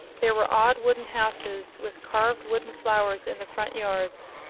there were odd wooden houses, with carved wooden flowers in the front yards.